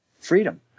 freedom